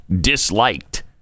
disliked